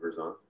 on